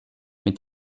mit